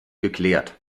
geklärt